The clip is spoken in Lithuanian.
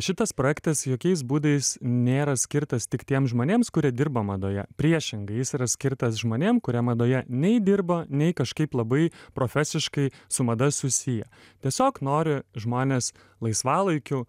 šitas projektas jokiais būdais nėra skirtas tik tiems žmonėms kurie dirba madoje priešingai jis yra skirtas žmonėm kurie madoje nei dirba nei kažkaip labai profesiškai su mada susiją tiesiog nori žmonės laisvalaikiu